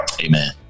Amen